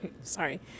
sorry